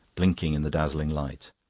blinking in the dazzling light.